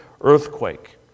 earthquake